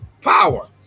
power